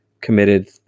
committed